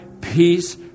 peace